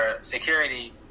security